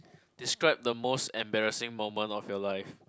describe the most embarrassing moment of your life